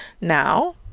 Now